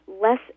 less